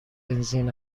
بنزین